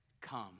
come